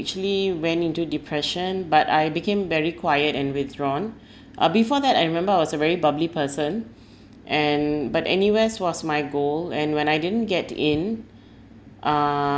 actually went into depression but I became very quiet and withdrawn uh before that I remember I was a very bubbly person and but N_U_S was my goal and when I didn't get in uh